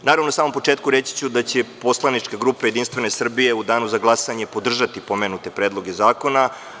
Naravno, na samom početku reći ću da će poslanička grupa JS u danu za glasanje podržati pomenute predloge zakona.